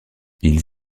ils